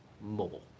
mobile